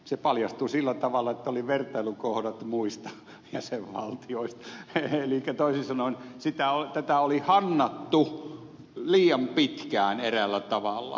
se paljastui sillä tavalla että oli vertailukohdat muista jäsenvaltioista elikkä toisin sanoen tätä oli hannattu liian pitkään eräällä tavalla